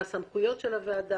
מה סמכויות הוועדה,